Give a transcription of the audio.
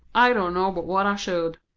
i don't know but what i should.